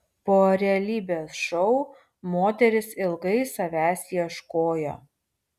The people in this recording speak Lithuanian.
po realybės šou moteris ilgai savęs ieškojo